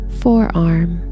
forearm